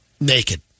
naked